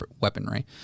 weaponry